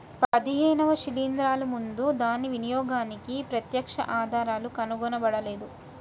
పదిహేనవ శిలీంద్రాలు ముందు దాని వినియోగానికి ప్రత్యక్ష ఆధారాలు కనుగొనబడలేదు